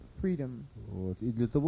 Freedom